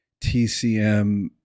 TCM